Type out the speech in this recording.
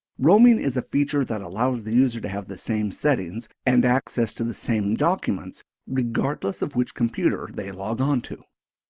roaming is a feature that allows the user to have the same settings and access to the same documents regardless of which computer they logon to.